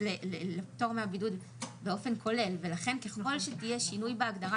לפטור מהבידוד באופן כולל ולכן ככל שיהיה שינוי בהגדרה